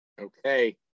Okay